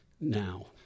now